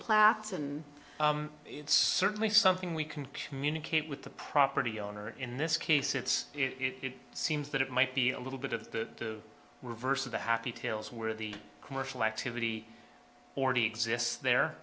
platzman it's certainly something we can communicate with the property owner in this case it's it seems that it might be a little bit of the reverse of the happy tails where the commercial activity already exists there